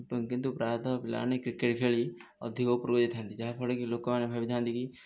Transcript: କିନ୍ତୁ ପ୍ରାୟତଃ ପିଲାମାନେ କ୍ରିକେଟ୍ ଖେଳି ଅଧିକ ଉପରକୁ ଯାଇଥାନ୍ତି ଯାହା ଫଳରେ କି ଲୋକମାନେ ଭାବିଥାନ୍ତି କି